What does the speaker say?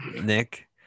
Nick